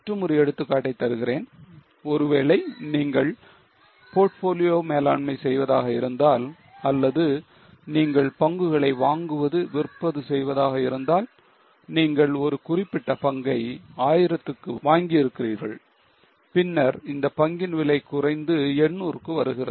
மற்றும் ஒரு எடுத்துக்காட்டை தருகிறேன் ஒருவேளை நீங்கள் portfolio மேலாண்மை செய்வதாக இருந்தால் அல்லது நீங்கள் பங்குகளை வாங்குவது விற்பது செய்வதாக இருந்தால் நீங்கள் ஒரு குறிப்பிட்ட பங்கை 1000 க்கு வாங்கி இருக்கிறீர்கள் பின்னர் அந்தப் பங்கின் விலை குறைந்து 800 க்கு வருகிறது